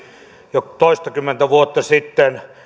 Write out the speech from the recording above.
jo toistakymmentä vuotta sitten